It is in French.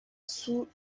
sous